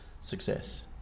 success